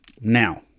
Now